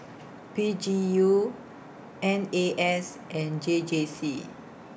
P G U N A S and J J C